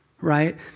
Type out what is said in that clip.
Right